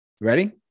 Ready